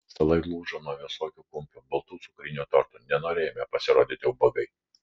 stalai lūžo nuo visokių kumpių baltų cukrinių tortų nenorėjome pasirodyti ubagai